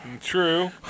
True